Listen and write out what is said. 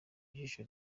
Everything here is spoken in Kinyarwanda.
ijisho